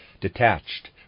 detached